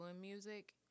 music